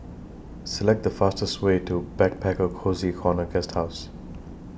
Select The fastest Way to Backpacker Cozy Corner Guesthouse